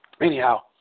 Anyhow